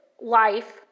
life